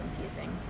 confusing